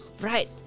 Right